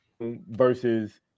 versus